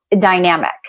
dynamic